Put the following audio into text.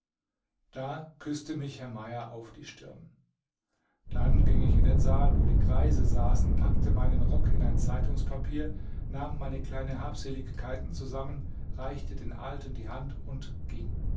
da küßte mich herr mayer auf die stirn dann ging ich in den saal wo die greise saßen packte meinen rock in ein zeitungspapier nahm meine kleinen habseligkeiten zusammen reichte den alten die hand und ging